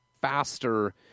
faster